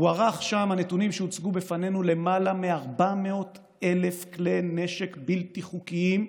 הוערכו שם בנתונים שהוצגו בפנינו למעלה מ-400,000 כלי נשק בלתי חוקיים.